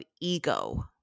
ego